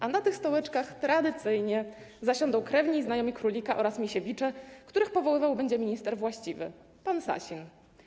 A na tych stołeczkach tradycyjnie zasiądą krewni i znajomi królika oraz Misiewicze, których powoływał będzie minister właściwy, pan Sasin.